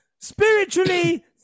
spiritually